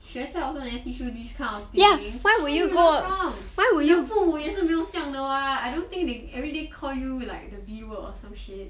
学校 also never teach you this kind of thing where you learn from 你的父母也是没有这样的 [what] I don't think they everyday call you like the B word or some shit